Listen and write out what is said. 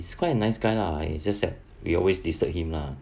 he's quite a nice guy lah it's just that we always disturb him lah